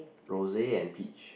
rose and peach